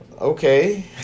okay